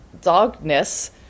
dogness